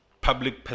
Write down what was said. public